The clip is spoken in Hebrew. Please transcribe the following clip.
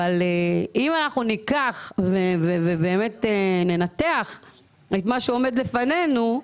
אם באמת ננתח את מה שעומד לפנינו,